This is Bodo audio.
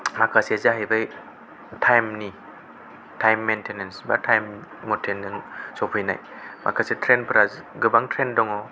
माखासे जाहैबाय टाइमनि टाइम मैनतेनेन्स एबा टाइम मते नों सफैनाय माखासे ट्रेन फोरा गोबां ट्रेन दङ